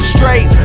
Straight